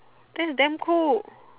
that's damn cool